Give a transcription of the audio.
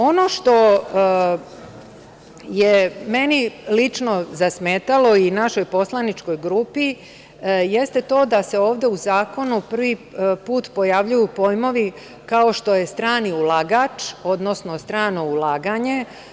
Ono što je meni lično zasmetalo i našoj poslaničkoj grupi, jeste to da se ovde u zakonu prvi put pojavljuju pojmovi kao što je – strani ulagač, odnosno strano ulaganje.